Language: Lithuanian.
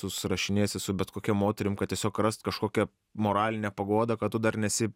susirašinėsi su bet kokia moterim kad tiesiog rast kažkokią moralinę paguodą kad tu dar nesi